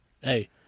Hey